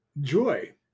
joy